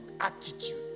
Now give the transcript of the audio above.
attitude